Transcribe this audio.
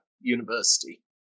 university